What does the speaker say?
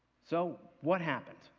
so what happens?